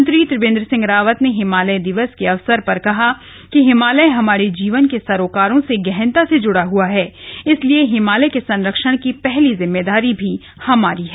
मुख्यमंत्री त्रिवेन्द्र सिंह रावत ने हिमालय दिवस के अवसर पर कहा कि हिमालय हमारे जीवन के सरोकारों से गहनता से जुड़ा हआ है इसलिए हिमालय के संरक्षण की पहली जिम्मेदारी भी हमारी है